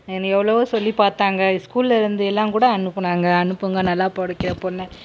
என்னையை எவ்வளோ சொல்லி பார்த்தாங்க ஸ்கூலில் இருந்தே எல்லாம் கூட அனுப்புனாங்க அனுப்புங்கள் நல்லா படிக்கிற பொண்ணு